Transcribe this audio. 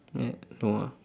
a~ no ah